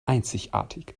einzigartig